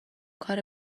کار